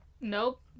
nope